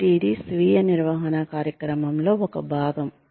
కాబట్టి ఇది స్వీయ నిర్వహణ కార్యక్రమంలో ఒక భాగం